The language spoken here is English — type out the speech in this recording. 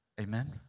Amen